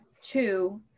two